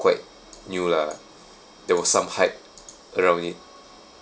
quite new lah there was some hype around it